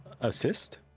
assist